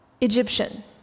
Egyptian